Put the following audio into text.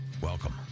Welcome